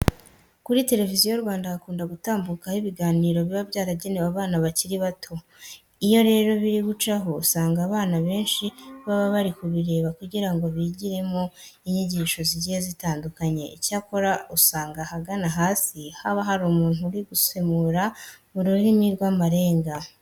Kuri Televiziyo Rwanda hakunda gutambukaho ibiganiro biba byaragenewe abana bakiri bato. Iyo rero biri gucaho usanga abana benshi baba bari kubireba kugira ngo bigiremo inyigisho zigiye zitandukanye. Icyakora usanga ahagana hasi haba hari umuntu uri gusemura mu rurimi rw'amarenga.